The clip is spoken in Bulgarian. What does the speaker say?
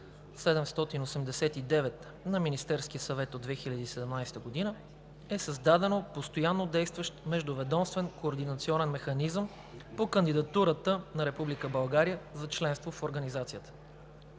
789 на Министерския съвет от 2017 г. е създаден постоянно действащ Междуведомствен координационен механизъм по кандидатурата на Република България за членство в организацията.